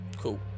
Cool